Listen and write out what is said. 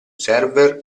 server